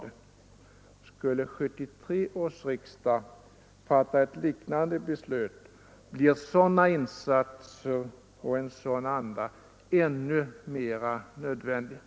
Skulle 1973 års riksdag fatta ett liknande beslut, blir sådana insatser och en sådan anda ännu mera nödvändiga.